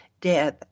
death